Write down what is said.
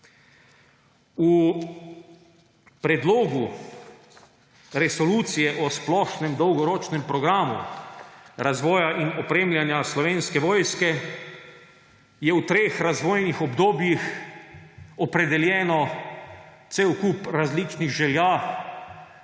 V Predlogu resolucije o splošnem dolgoročnem programu razvoja in opremljanja Slovenske vojske je v treh razvojnih obdobjih opredeljeno cel kup različnih želja,